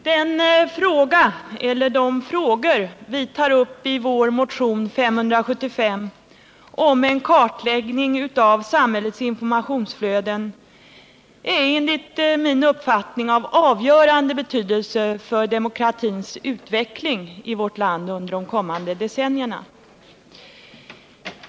Herr talman! De frågor vi tar upp i vår motion 1978/79:575 om en kartläggning av samhällets informationsflöden är enligt min uppfattning av avgörande betydelse för demokratins utveckling i vårt land under de kommande decennierna.